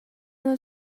not